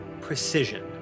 precision